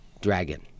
Dragon